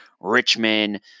Richmond